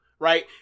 right